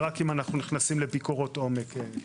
ורק אם אנחנו נכנסים לביקורות עומק.